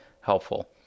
helpful